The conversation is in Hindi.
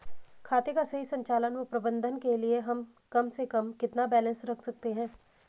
खाते का सही संचालन व प्रबंधन के लिए हम कम से कम कितना बैलेंस रख सकते हैं?